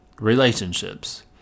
relationships